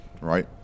right